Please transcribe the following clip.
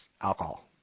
alcohol